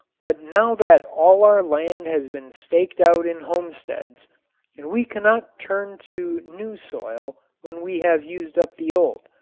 but now that all our land has been staked out in homesteads and we cannot turn to new soil when we have used up the old,